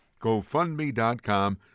GoFundMe.com